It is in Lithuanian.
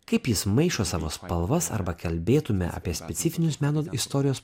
kaip jis maišo savo spalvas arba kalbėtume apie specifinius meno istorijos